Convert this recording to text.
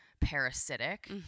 parasitic